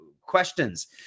questions